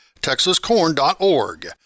texascorn.org